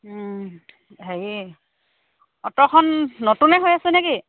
হেৰি অট'খন নতুনে হৈ আছে নেকি